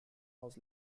was